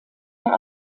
der